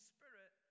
Spirit